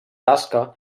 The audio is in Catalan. tasca